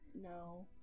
No